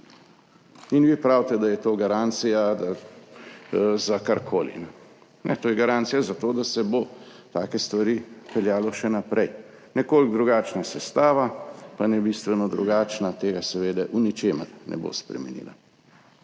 In vi pravite, da je to garancija za karkoli. Ne, to je garancija za to, da se bo take stvari peljalo še naprej. Nekoliko drugačna sestava, pa ne bistveno drugačna, tega seveda v ničemer ne bo spremenila.